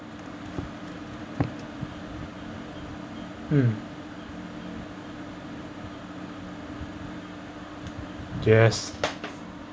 mm yes